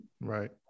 Right